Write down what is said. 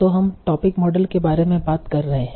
तो हम topic model के बारे में बात कर रहे हैं